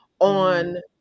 on